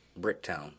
Bricktown